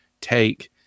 take